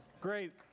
great